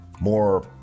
more